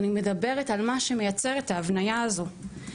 אני מדברת על מה שמייצרת ההבניה הזאת.